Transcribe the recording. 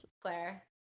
claire